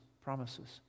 promises